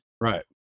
Right